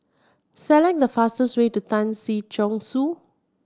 select the fastest way to Tan Si Chong Su